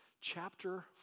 chapter